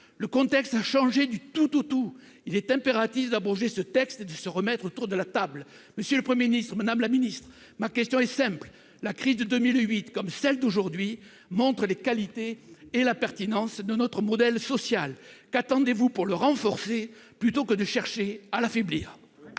Le contexte a changé du tout au tout. Il est impératif d'abroger ce texte et de se remettre autour de la table. Monsieur le Premier ministre, ma question est simple. La crise de 2008 comme celle d'aujourd'hui montrent les qualités et la pertinence de notre modèle social. Qu'attendez-vous pour le renforcer, au lieu de chercher à l'affaiblir ?